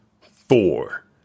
four